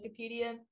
wikipedia